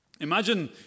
Imagine